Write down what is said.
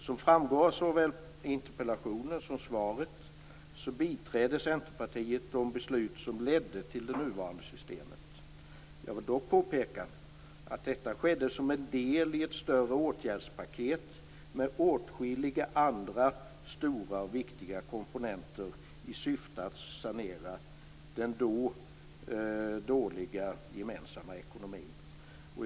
Som framgår av såväl interpellationen som svaret biträdde Centerpartiet de beslut som ledde till det nuvarande systemet. Jag vill dock påpeka att detta skedde i och med att det här systemet ingick som en del i ett större åtgärdspaket, med åtskilliga andra stora och viktiga komponenter, i syfte att sanera den då dåliga gemensamma ekonomin.